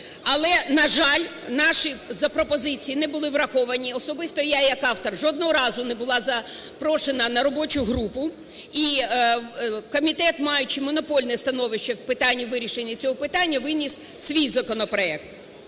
Але, на жаль, наші пропозиції не були враховані. Особисто я як автор жодного разу не була запрошена на робочу групу. І комітет, маючи монопольне становище в питанні вирішенні цього питання, виніс свій законопроект,